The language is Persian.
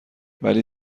ولی